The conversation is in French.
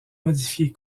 modifier